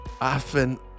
often